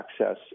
access